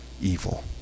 evil